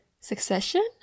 Succession